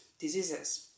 diseases